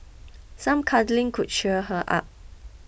some cuddling could cheer her up